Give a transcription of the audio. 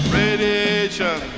radiation